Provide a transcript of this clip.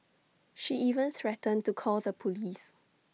she even threatened to call the Police